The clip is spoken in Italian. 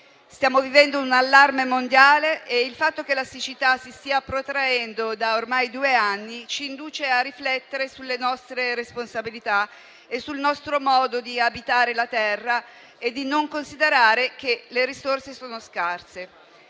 Stiamo vivendo un allarme mondiale e il fatto che la siccità si stia protraendo da ormai due anni ci induce a riflettere sulle nostre responsabilità e sul nostro modo di abitare la terra e di non considerare che le risorse sono scarse.